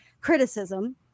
criticism